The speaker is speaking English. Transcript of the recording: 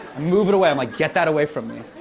move it away. i'm like, get that away from me.